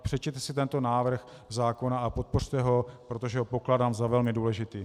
Přečtěte si tento návrh zákona a podpořte ho, protože ho pokládám za velmi důležitý.